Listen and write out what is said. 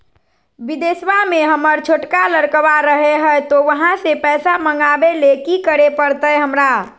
बिदेशवा में हमर छोटका लडकवा रहे हय तो वहाँ से पैसा मगाबे ले कि करे परते हमरा?